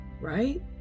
Right